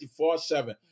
24-7